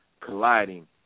colliding